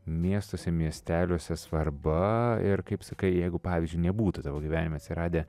miestuose miesteliuose svarba ir kaip sakai jeigu pavyzdžiui nebūtų tavo gyvenime atsiradę